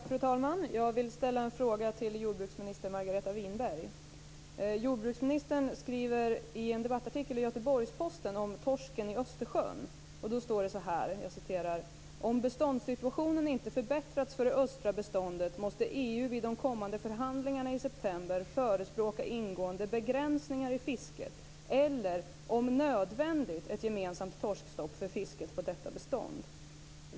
Fru talman! Jag vill ställa en fråga till jordbruksminister Margareta Winberg. Jordbruksministern skriver så här i en debattartikel i Göteborgs-Posten om torsken i Östersjön: "Om beståndssituationen inte förbättrats för det östra beståndet måste EU vid de kommande förhandlingarna i september förespråka ingående begränsningar i fisket eller, om nödvändigt, ett gemensamt torskstopp för fisket på detta bestånd."